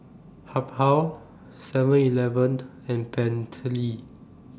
Habhal Seven Eleven and Bentley